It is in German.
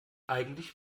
eigentlich